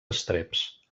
estreps